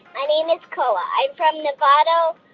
my name is koa. i'm from novato,